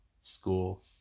School